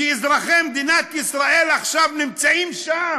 שאזרחי מדינת ישראל עכשיו נמצאים שם.